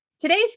Today's